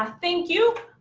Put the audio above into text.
ah thank you.